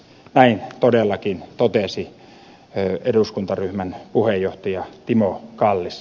näin todellakin totesi eduskuntaryhmän puheenjohtaja timo kalli